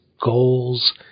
goals